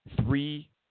Three